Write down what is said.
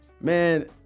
Man